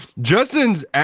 justin's